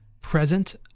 present